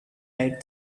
right